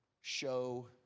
show